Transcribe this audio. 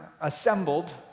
assembled